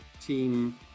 team